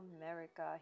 America